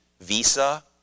Visa